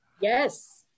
Yes